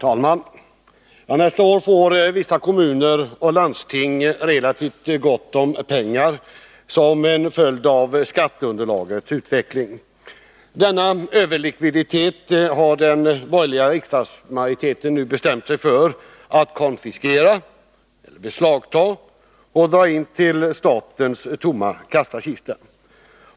Herr talman! Nästa år får vissa kommuner och landsting relativt gott om pengar som en följd av skatteunderlagets utveckling. Denna överlikviditet har den borgerliga riksdagsmajoriteten nu bestämt sig för att konfiskera, beslagta, och dra in till statens tomma kassakista.